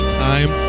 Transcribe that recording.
time